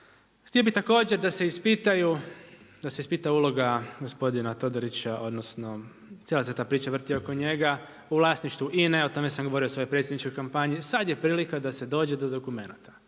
Htio bih također da se ispitaju, da se ispita uloga gospodina Todorića, odnosno, cijela se ta priča vrti oko njega, u vlasništvu INA-e, o tome sam govorio u svojoj predsjedničkoj kampanji, sada je prilika da se dođe do dokumenata,